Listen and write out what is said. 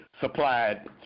supplied